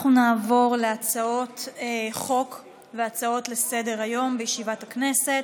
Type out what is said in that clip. אנחנו נעבור להצעות חוק והצעות לסדר-היום בישיבת הכנסת.